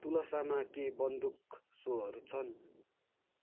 तुलसामा के बन्दुक सोहरू छन्